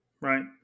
Right